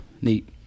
neat